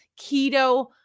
keto